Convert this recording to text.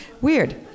weird